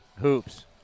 hoops